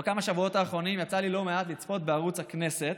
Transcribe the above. בשבועות האחרונים יצא לי לא מעט לצפות בערוץ הכנסת,